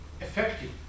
effective